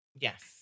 Yes